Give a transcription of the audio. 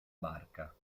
barca